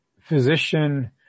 physician